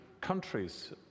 countries